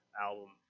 album